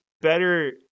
better